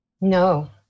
No